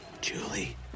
Julie